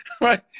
Right